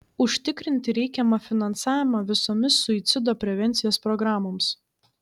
užtikrinti reikiamą finansavimą visomis suicido prevencijos programoms